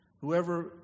Whoever